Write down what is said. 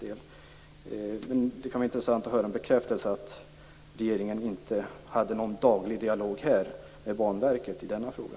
Det kan alltså vara intressant att få en bekräftelse på att regeringen inte hade någon daglig dialog med Banverket i denna fråga.